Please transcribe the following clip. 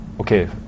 Okay